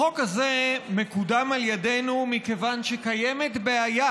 החוק הזה מקודם על ידינו מכיוון שקיימת בעיה,